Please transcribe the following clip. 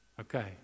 Okay